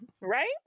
Right